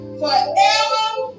forever